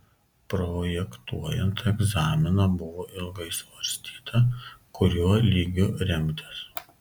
projektuojant egzaminą buvo ilgai svarstyta kuriuo lygiu remtis